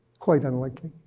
quite unlikely.